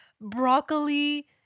broccoli